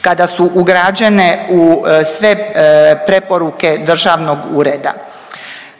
kada su ugrađene u sve preporuke Državnog ureda